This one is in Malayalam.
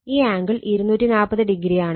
ഈ ആംഗിൾ 240o ആണ്